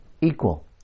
equal